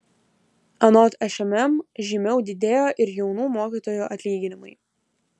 anot šmm žymiau didėjo ir jaunų mokytojų atlyginimai